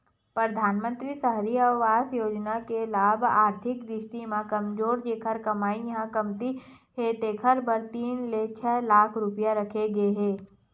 परधानमंतरी सहरी आवास योजना के लाभ आरथिक दृस्टि म कमजोर जेखर कमई ह कमती हे तेखर बर तीन ले छै लाख रूपिया राखे गे हे